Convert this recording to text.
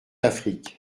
affrique